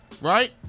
Right